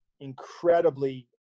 incredibly